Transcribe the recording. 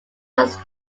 must